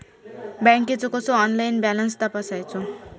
बँकेचो कसो online balance तपासायचो?